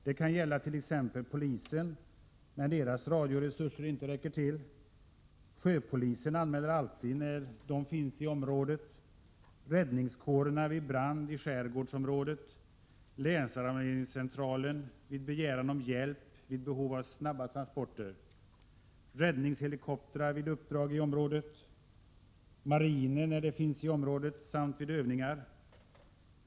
Det kan gälla exempelvis polisen när dess radioresurser inte räcker till. Sjöpolisen anmäler alltid när den finns i området. Det gäller räddningskårerna vid brand i skärgårdsområdet, länsalarmeringscentralen vid begäran om hjälp vid behov av snabba transporter, räddningshelikoptrar vid uppdrag i området, marinen när den finns i området samt vid övningar.